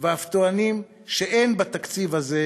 ואף טוענים שאין בתקציב הזה